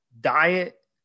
diet